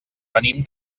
venim